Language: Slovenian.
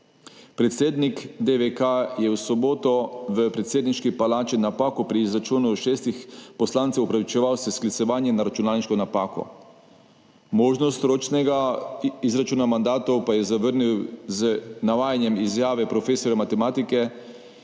Predsednik DVK je v soboto v predsedniški palači napako pri izračunu šestih poslancev opravičeval s sklicevanjem na računalniško napako, možnost ročnega izračuna mandatov pa je zavrnil z navajanjem izjave profesorja matematike,